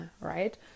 Right